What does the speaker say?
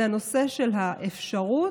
זה הנושא של האפשרות